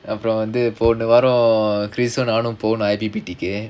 அப்புறம் வந்து போன வாரம் நானும் போனோம்:appuram vandhu pona vaaram naanum ponom I_P_P_T கு:ku